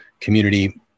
community